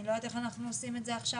אני לא יודעת איך אנחנו עושים את זה עכשיו.